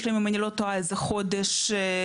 יש להם אם אני לא טועה איזה חודש להגיב,